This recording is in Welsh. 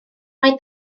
mae